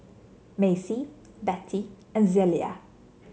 Macy Bettye and Zelia